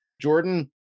Jordan